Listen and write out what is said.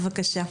בבקשה.